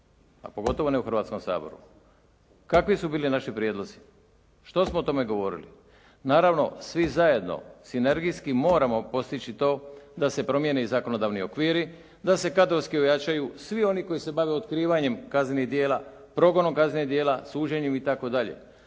a pogotovo ne u Hrvatskom saboru, kakvi su bili naši prijedlozi, što smo o tome govorili. Naravno svi zajedno sinergijski moramo postići to da se promijene zakonodavni okviri, da se kadrovski ojačaju svi oni koji se bave otkrivanjem kaznenih djela, progonom kaznenih djela, suđenjem itd.